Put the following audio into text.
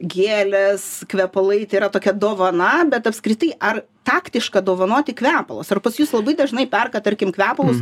gėlės kvepalai tai yra tokia dovana bet apskritai ar taktiška dovanoti kvepalus ar pas jus labai dažnai perka tarkim kvepalus